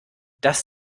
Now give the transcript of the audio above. dass